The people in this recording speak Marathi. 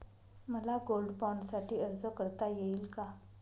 मला गोल्ड बाँडसाठी अर्ज करता येईल का?